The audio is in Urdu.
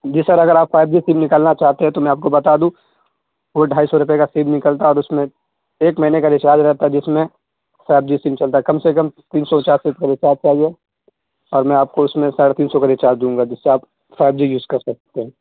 جی سر اگر آپ فائیو جی سیم نکالنا چاہتے ہیں تو میں آپ کو بتا دوں وہ ڈھائی سو روپئے کا سیم نکلتا ہے اور اس میں ایک مہینے کا ریچارج رہتا ہے جس میں فائیو جی سیم چلتا ہے کم سے کم تین سو چار سو کا ریچارج چاہیے اور میں آپ کو اس میں ساڑھے تین سو کا ریچارج دوں گا جس سے آپ فائیو جی یوز کر سکتے ہیں